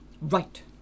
Right